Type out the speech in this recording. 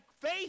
faith